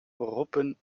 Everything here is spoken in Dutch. beroepen